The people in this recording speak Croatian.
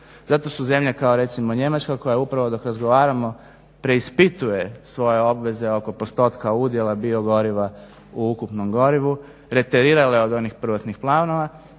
Zato su zemlje kao recimo Njemačka koja upravo dok razgovaramo preispituje svoje obveze oko postotka udjela biogoriva u ukupnom gorivu reterirala je od onih prvotnih planova.